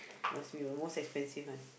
must be the most expensive one